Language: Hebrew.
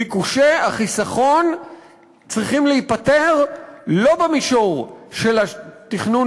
ביקושי החיסכון צריכים להיפתר לא במישור של התכנון